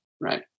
right